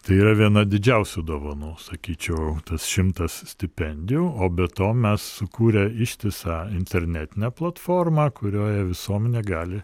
tai yra viena didžiausių dovanų sakyčiau tas šimtas stipendijų o be to mes sukūrę ištisą internetinę platformą kurioje visuomenė gali